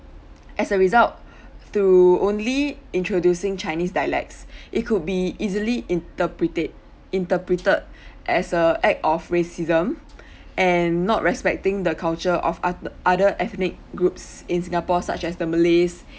as a result through only introducing chinese dialects it could be easily interpreted interpreted as a act of racism and not respecting the culture of ot~ other ethnic groups in singapore such as the malays